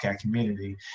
community